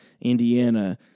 Indiana